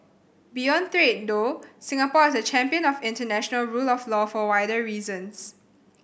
beyond trade though Singapore is a champion of international rule of law for wider reasons